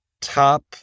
top